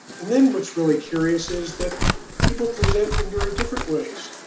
and then what's really curious is that people present in very different ways.